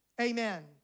Amen